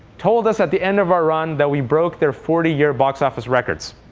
told us at the end of our run that we broke their forty year box office records.